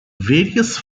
various